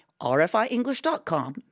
rfienglish.com